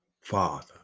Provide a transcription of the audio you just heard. Father